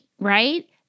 right